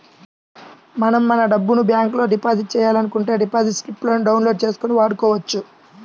మనం మన డబ్బును బ్యాంకులో డిపాజిట్ చేయాలనుకుంటే డిపాజిట్ స్లిపులను డౌన్ లోడ్ చేసుకొని వాడుకోవచ్చు